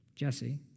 Jesse